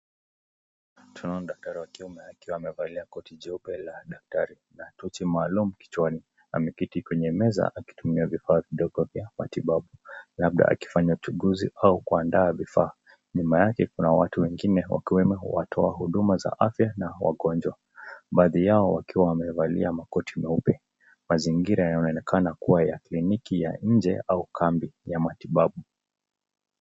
Tunaona daktari wa kiume akiwa amevalia koti jeupe la daktari na tochi maalum kichwani. Ameketi kwenye meza akitumia vifaa vidogo vya matibabu, labda akifanya uchunguzi au kuandaa vifaa. Nyuma yake kuna watu wengine wakiwemo watoa huduma za afya na wagonjwa. Baadhi yao wakiwa wamevaa makoti meupe. Mazingira yanaonekana kuwa ya kliniki ya nje au kambi ya matibabu.